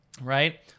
Right